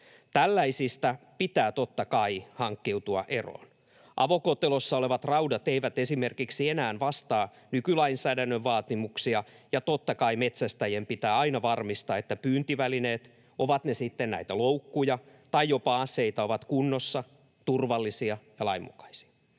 Tällaisista pitää totta kai hankkiutua eroon. Avokotelossa olevat raudat eivät esimerkiksi enää vastaa nykylainsäädännön vaatimuksia, ja totta kai metsästäjien pitää aina varmistaa, että pyyntivälineet, ovat ne sitten näitä loukkuja tai jopa aseita, ovat kunnossa, turvallisia ja lainmukaisia.